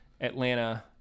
Atlanta